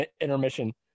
intermission